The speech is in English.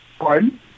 pardon